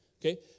Okay